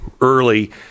early